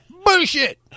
bullshit